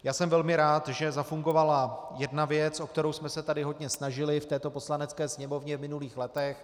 Já jsem velmi rád, že zafungovala jedna věc, o kterou jsme se tady hodně snažili v této Poslanecké sněmovně v minulých letech.